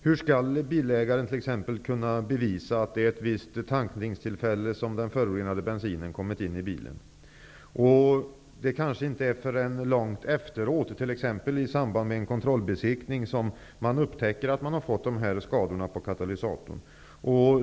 Hur skall bilägaren t.ex. kunna bevisa att det var vid ett visst tankningstillfälle som den förorenade bensinen kom in i bilen? Det kanske är långt efteråt, t.ex. i samband med en kontrollbesiktning, som bilägaren upptäcker att man har fått dessa skador på katalysatorn.